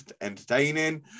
entertaining